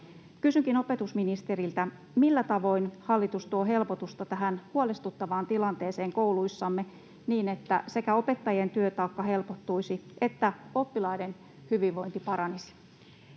Kysynkin opetusministeriltä: millä tavoin hallitus tuo helpotusta tähän huolestuttavaan tilanteeseen kouluissamme niin, että sekä opettajien työtaakka helpottuisi että oppilaiden hyvinvointi paranisi?